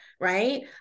right